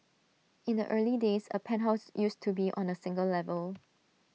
in the early days A penthouse used to be on A single level